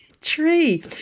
Tree